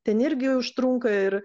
ten irgi užtrunka ir